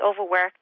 overworked